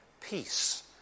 peace